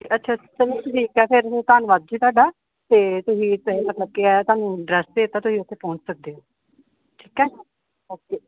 ਅੱਛਾ ਚਲੋ ਜੀ ਠੀਕ ਹੈ ਫੇਰ ਧੰਨਵਾਦ ਜੀ ਤੁਹਾਡਾ ਅਤੇ ਤੁਸੀਂ ਮਤਲਬ ਕਿ ਇਹ ਤੁਹਾਨੂੰ ਅਡਰੈਸ ਭੇਜਤਾ ਤੁਸੀਂ ਉੱਥੇ ਪਹੁੰਚ ਸਕਦੇ ਹੋ ਠੀਕ ਹੈ ਓਕੇ